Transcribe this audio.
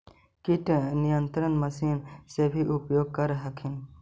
किट नियन्त्रण मशिन से भी उपयोग कर हखिन?